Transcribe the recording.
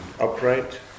upright